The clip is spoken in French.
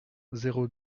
zéro